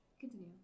Continue